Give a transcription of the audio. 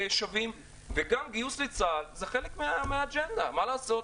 שווים וגם גיוס לצה"ל זה חלק מהאג'נדה, מה לעשות?